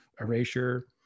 erasure